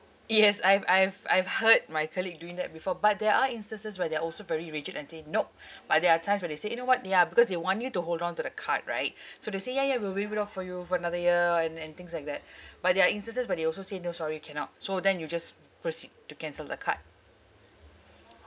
yes I've I've I've heard my colleague doing that before but there are instances where they're also very rigid and say no but there are times when they say you know what ya because they want you to hold on to the card right so they say ya ya we'll waive it off for you for another year and and things like that but there are instances where they also say no sorry cannot so then you just proceed to cancel the card